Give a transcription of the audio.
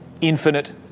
infinite